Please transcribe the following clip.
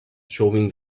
showing